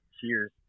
Cheers